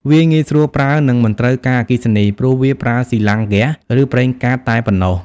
វាងាយស្រួលប្រើ និងមិនត្រូវការអគ្គិសនី ព្រោះវាប្រើស៊ីឡាំងហ្គាស ឬប្រេងកាតតែប៉ុណ្ណោះ។